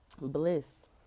Bliss